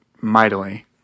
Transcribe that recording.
mightily